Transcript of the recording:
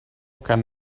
can